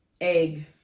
egg